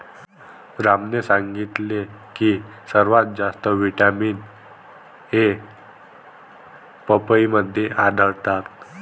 रामने सांगितले की सर्वात जास्त व्हिटॅमिन ए पपईमध्ये आढळतो